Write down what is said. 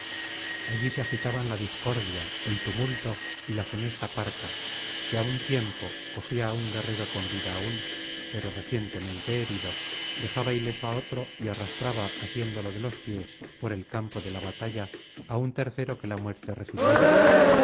allí se agitaban la discordia el tumulto y la funesta parca que á un tiempo cogía á un guerrero con vida aún pero recientemente herido decanto decimoctavo aps jaba ileso á otro y arrastraba asiéndolo de los pies por el campo de la batalla á un tercero que la muerte recibiera